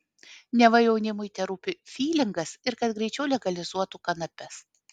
neva jaunimui terūpi fylingas ir kad greičiau legalizuotų kanapes